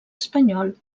espanyol